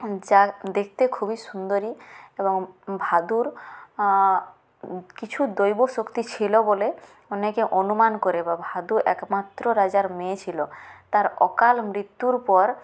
যা দেখতে খুবই সুন্দরী এবং ভাদুর কিছু দৈবশক্তি ছিল বলে অনেকে অনুমান করে বা ভাদু একমাত্র রাজার মেয়ে ছিল তার অকালমৃত্যুর পর